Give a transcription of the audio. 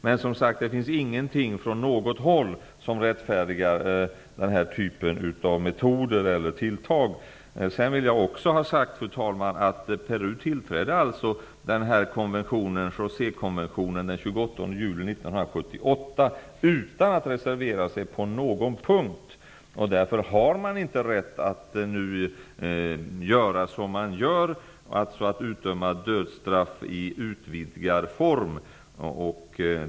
Men, som sagt, det finns ingenting från något håll som rättfärdigar dessa metoder eller tilltag. Fru talman! Peru tillträdde José-konventionen den 28 juli 1978 utan att på någon punkt reservera sig. Därför har man inte rätt att göra som man nu gör, dvs. utdöma dödsstraff i utvidgad form.